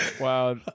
Wow